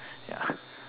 ya